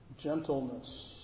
gentleness